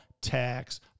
tax